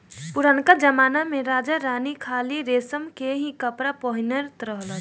पुरनका जमना में राजा रानी खाली रेशम के ही कपड़ा पहिनत रहे